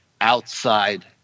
outside